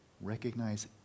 recognize